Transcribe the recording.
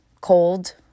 cold